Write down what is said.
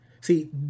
See